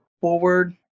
forward